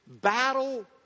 battle